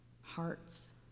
Hearts